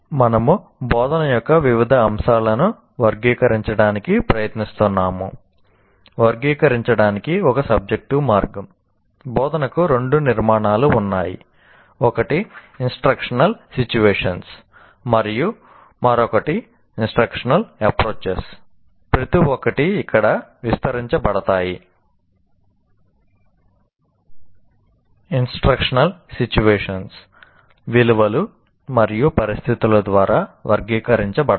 మనము బోధన యొక్క వివిధ అంశాలను వర్గీకరించడానికి ప్రయత్నిస్తున్నాము వర్గీకరించడానికి ఒక సబ్జెక్టివ్ ఇంస్ట్రక్షనల్ సిట్యుయేషన్స్ విలువలు మరియు పరిస్థితులు ద్వారా వర్గీకరించబడతాయి